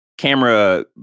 camera